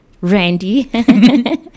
Randy